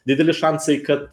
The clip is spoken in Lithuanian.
didelis šansai kad